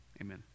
Amen